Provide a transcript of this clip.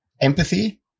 empathy